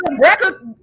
records